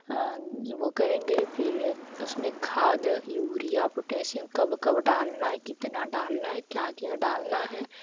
वह करेंगे फ़िर उसमें खाद उरिया पोटेशियम कब कब डालना है कितना डालना है क्या क्या डालना है